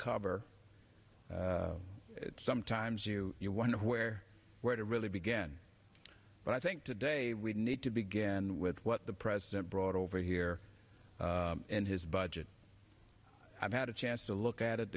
cover sometimes you wonder where where to really begin but i think today we need to begin with what the president brought over here and his budget i've had a chance to look at it